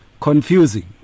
confusing